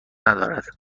ندارد